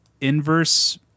inverse –